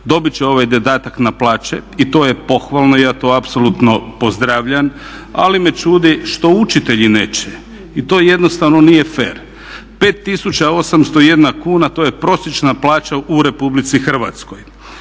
dobiti će ovaj dodatak na plaće i to je pohvalno i ja to apsolutno pozdravljam ali me čudi što učitelji neće i to jednostavno nije fer. 5801 kuna to je prosječna plaća u Republici Hrvatskoj.